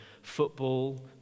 Football